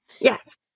Yes